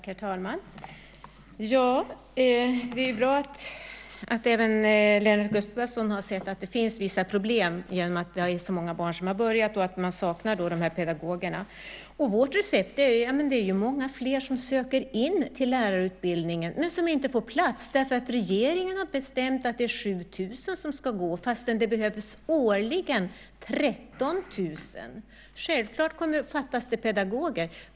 Herr talman! Det är bra att även Lennart Gustavsson har sett att det finns vissa problem genom att det är så många barn som har börjat och att man saknar de här pedagogerna. När det gäller vårt recept kan jag säga att det ju är många fler som söker in till lärarutbildningen än som får plats, därför att regeringen har bestämt att det är 7 000 som ska gå fastän det årligen behövs 13 000. Självklart fattas det pedagoger.